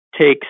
Takes